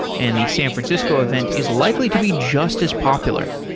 and the san francisco event is likely to be just as popular.